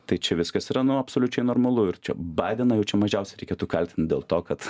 tai čia viskas yra nu absoliučiai normalu ir čia badeną jau čia mažiausiai reikėtų kaltint dėl to kad